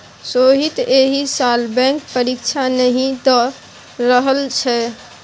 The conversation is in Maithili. सोहीत एहि साल बैंक परीक्षा नहि द रहल छै